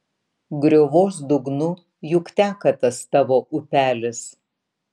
griovos dugnu juk teka tas tavo upelis